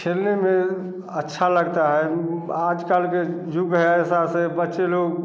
खेलने में अच्छा लगता है आजकल के जो हमेशा से बच्चे लोग